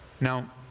Now